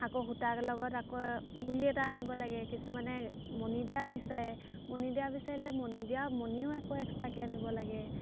আকৌ সূতাৰ লগত আকৌ গুলি এটা আনিব লাগে কিছুমানে মণি দিয়া বিচাৰে মণি দিয়া বিচাৰিলে মণি দিয়া মণিও একো এক্সট্ৰাকৈ আনিব লাগে